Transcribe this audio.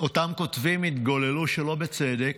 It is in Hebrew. אותם כותבים התגוללו שלא בצדק,